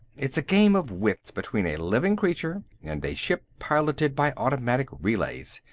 it's a game of wits, between a living creature and a ship piloted by automatic relays.